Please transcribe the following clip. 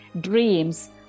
dreams